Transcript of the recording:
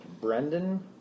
Brendan